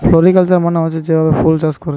floriculture মানে হতিছে যেই ভাবে ফুল চাষ করে